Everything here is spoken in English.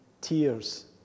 tears